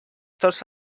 tots